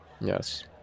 Yes